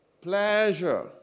Pleasure